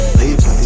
leave